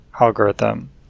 algorithm